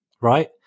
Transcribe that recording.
right